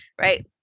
Right